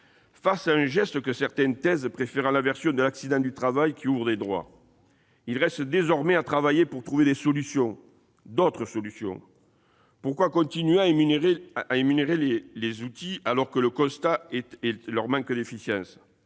sur un geste que certains taisent, préférant la version de l'accident du travail, qui ouvre des droits. Il reste désormais à travailler pour trouver des solutions, d'autres solutions. Pourquoi continuer à énumérer les outils, alors que l'on constate leur manque d'efficience ?